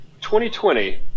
2020